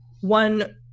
one